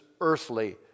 earthly